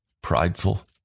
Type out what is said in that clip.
prideful